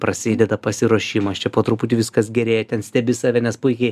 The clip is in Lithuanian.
prasideda pasiruošimas čia po truputį viskas gerėja ten stebi save nes puikiai